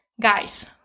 Guys